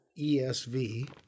ESV